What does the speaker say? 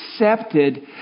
accepted